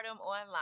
online